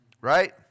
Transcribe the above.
right